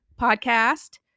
podcast